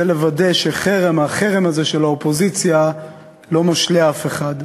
אני רוצה לוודא שהחרם הזה של האופוזיציה לא משלה אף אחד.